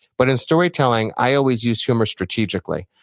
but in storytelling, i always use humor strategically.